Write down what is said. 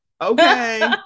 okay